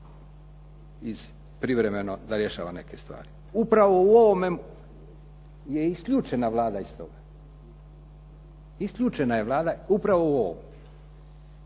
iz, privremeno da rješava neke stvari. Upravo u ovome je isključena Vlada iz toga. Isključena je Vlada upravo u ovom.